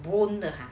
boon 的